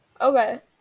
okay